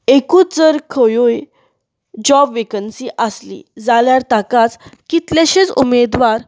एकूच जर खंयूय जॉब वेकन्सी आसली जाल्यार ताकाच कितलेशेच उमेदवार